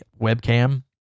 webcam